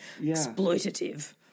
exploitative